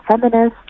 feminist